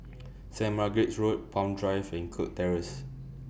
Saint Margaret's Road Palm Drive and Kirk Terrace